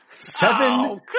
Seven